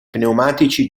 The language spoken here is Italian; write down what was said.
pneumatici